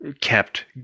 kept